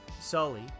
Sully